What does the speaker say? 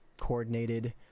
coordinated